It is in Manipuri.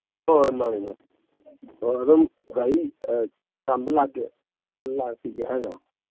ꯍꯣꯏ ꯃꯥꯅꯤ ꯃꯥꯅꯤ ꯑꯣ ꯑꯗꯨꯝ ꯒꯥꯔꯤ ꯆꯥꯝꯕ ꯂꯥꯛꯄꯤꯒꯦ ꯍꯥꯏꯔꯣ